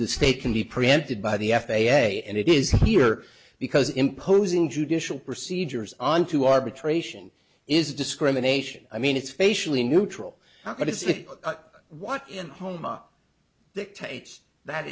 the state can be preempted by the f a a and it is here because imposing judicial procedures onto arbitration is discrimination i mean it's facially neutral i'm going to say what in houma dictates that